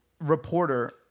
reporter